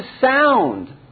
sound